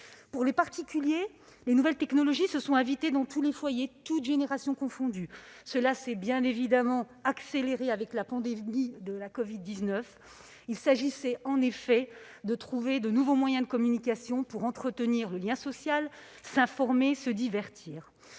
occuper aujourd'hui. Les nouvelles technologies se sont invitées dans les foyers des particuliers, toutes générations confondues. Cela s'est bien évidemment accéléré avec la pandémie de covid-19 : il s'agissait en effet de trouver de nouveaux moyens de communication pour entretenir le lien social, s'informer, se divertir.